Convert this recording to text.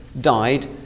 died